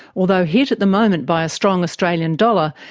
although hit at the moment by a strong australian dollar,